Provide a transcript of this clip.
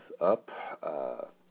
up